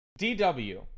DW